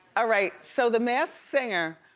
ah right, so the masked singer,